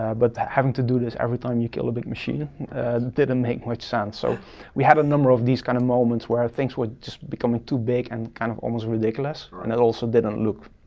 but that having to do this every time you kill a big machine didn't make much sense. so we had a number of these kind of moments where things were just becoming too big and kind of almost ridiculous, and it also didn't look